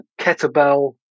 kettlebell